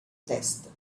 test